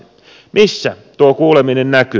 missä tuo kuuleminen näkyy